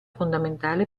fondamentale